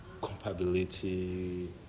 compatibility